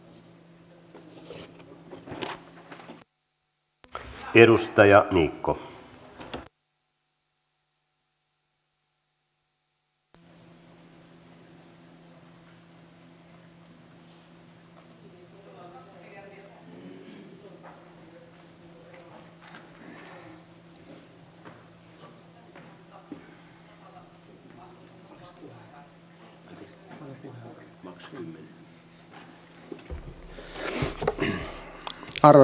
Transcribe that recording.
arvoisa herra puhemies